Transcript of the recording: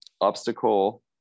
obstacle